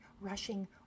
rushing